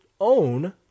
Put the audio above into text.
own